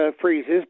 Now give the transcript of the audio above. freezes